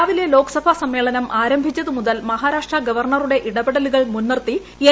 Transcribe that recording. രാവിലെ ലോക്സഭ സമ്മേളനം ആരംഭിച്ചതു മുതൽ മഹാരാഷ്ട്ര ഗവർണറുടെ ഇടപെടലുകൾ മുൻനിർത്തി എൻ